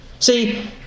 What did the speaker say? See